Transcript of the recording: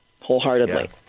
wholeheartedly